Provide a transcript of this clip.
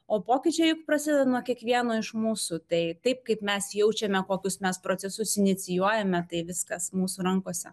o pokyčiai prasideda nuo kiekvieno iš mūsų tai taip kaip mes jaučiame kokius mes procesus inicijuojame tai viskas mūsų rankose